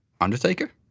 Undertaker